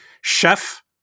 chef